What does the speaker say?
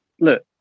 look